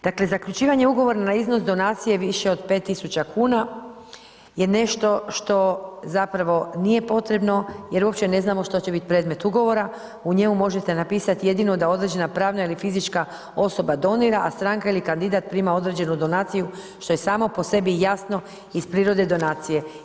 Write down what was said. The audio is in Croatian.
Dakle zaključivanje ugovora na iznos donacije više od 5 tisuća kuna je nešto što zapravo nije potrebno jer uopće ne znamo što će biti predmet ugovora, u njemu možete napisati jedino da određena pravna ili fizička osoba donira a stranka ili kandidat prima određenu donaciju što je samo po sebi jasno iz prirode donacije.